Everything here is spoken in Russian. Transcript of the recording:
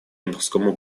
морскому